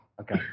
Okay